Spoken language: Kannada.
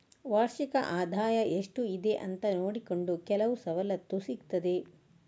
ವಾರ್ಷಿಕ ಆದಾಯ ಎಷ್ಟು ಇದೆ ಅಂತ ನೋಡಿಕೊಂಡು ಕೆಲವು ಸವಲತ್ತು ಸಿಗ್ತದೆ